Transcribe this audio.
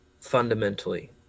fundamentally